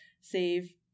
save